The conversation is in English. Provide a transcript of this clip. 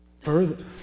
Further